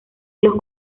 los